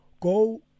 go